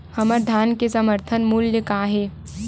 हमर धान के समर्थन मूल्य का हे?